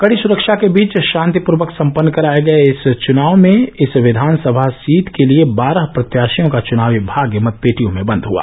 कड़ी सुरक्षा के बीच षान्तिपूर्वक सम्पन्न कराये गये इस चुनाव में इस विधानसभा सीट के लिये बारह प्रत्याषियों का चुनावी भाग्य मतपेटियों में बन्द हुआ